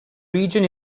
region